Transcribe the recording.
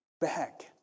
back